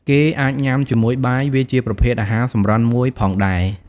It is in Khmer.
គេអាចញ៉ាំជាមួយបាយ វាជាប្រភេទអាហារសម្រន់មួយផងដែរ ។